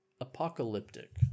apocalyptic